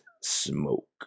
smoke